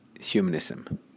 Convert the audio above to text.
humanism